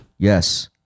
Yes